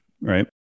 right